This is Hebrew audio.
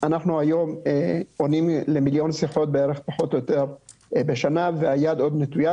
אנחנו היום עונים לכמיליון שיחות בשנה והיד עוד נטויה